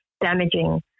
damaging